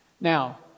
Now